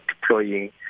deploying